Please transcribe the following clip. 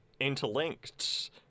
interlinked